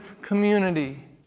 community